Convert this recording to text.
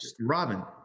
Robin